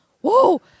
whoa